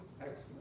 excellent